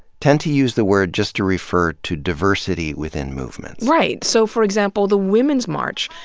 tend to use the word just to refer to diversity within movements. right, so for example the women's march,